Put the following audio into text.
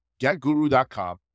getguru.com